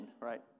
right